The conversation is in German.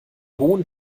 hohen